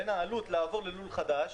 בין העלות למעבר ללול חדש,